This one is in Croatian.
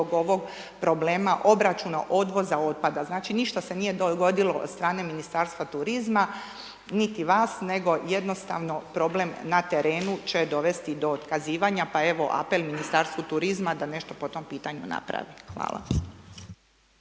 ovog problema obračuna odvoza otpada. Znači ništa se nije dogodilo od strane Ministarstva turizma, niti vas, nego jednostavno problem na terenu će dovesti do otkazivanja, pa evo apel Ministarstvu turizma da nešto po tom pitanju naprave. Hvala.